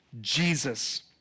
Jesus